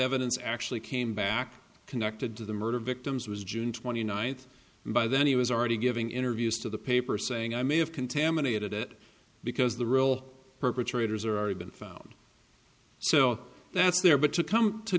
evidence actually came back connected to the murder victims was june twenty ninth and by then he was already giving interviews to the paper saying i may have contaminated it because the real perpetrators are already been found so that's there but to come to